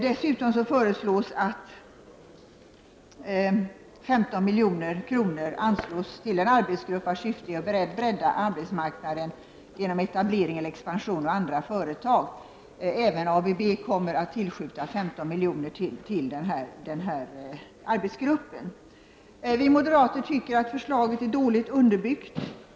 Dessutom föreslås att 15 milj.kr. anslås till en arbetsgrupp, vars syfte är att bredda arbetsmarknaden genom etablering eller expansion av andra företag. Även ABB kommer att tillskjuta 15 milj.kr. till denna arbetsgrupp. Vi moderater tycker att förslaget är dåligt underbyggt.